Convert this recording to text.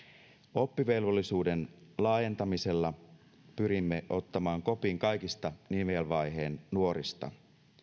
oppivelvollisuuden laajentamisella pyrimme ottamaan kopin kaikista nivelvaiheen nuorista